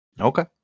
Okay